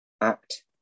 act